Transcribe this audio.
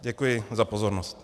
Děkuji za pozornost.